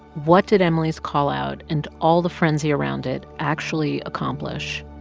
what did emily's call-out and all the frenzy around it actually accomplish?